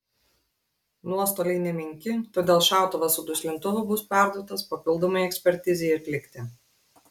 nuostoliai nemenki todėl šautuvas su duslintuvu bus perduotas papildomai ekspertizei atlikti